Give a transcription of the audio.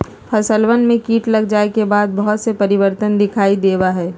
फसलवन में कीट लग जाये के बाद बहुत से परिवर्तन दिखाई देवा हई